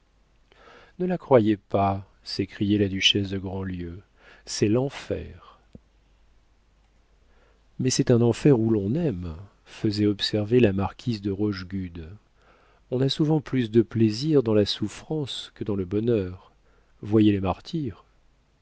ne la croyez pas s'écriait la duchesse de grandlieu c'est l'enfer mais c'est un enfer où l'on aime faisait observer la marquise de rochegude on a souvent plus de plaisir dans la souffrance que dans le bonheur voyez les martyrs